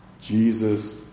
Jesus